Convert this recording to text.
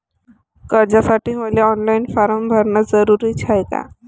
कर्जासाठी मले online form भरन जरुरीच हाय का?